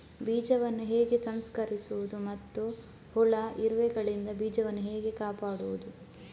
ಬೀಜವನ್ನು ಹೇಗೆ ಸಂಸ್ಕರಿಸುವುದು ಮತ್ತು ಹುಳ, ಇರುವೆಗಳಿಂದ ಬೀಜವನ್ನು ಹೇಗೆ ಕಾಪಾಡುವುದು?